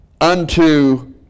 unto